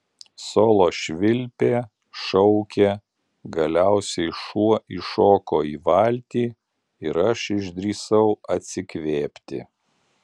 solo švilpė šaukė galiausiai šuo įšoko į valtį ir aš išdrįsau atsikvėpti